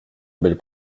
belle